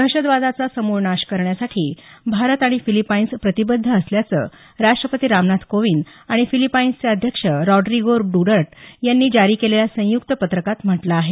दहशतवादाचा समूळ नाश करण्यासाठी भारत आणि फिलीपाईन्स प्रतिबद्ध असल्याचं राष्ट्रपती रामनाथ कोविंद आणि फिलीपाईन्सचे अध्यक्ष रॉड्रीगो ड्इटर्ट यांनी जारी केलेल्या संयुक्त पत्रकात म्हटलं आहे